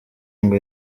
ngo